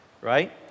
right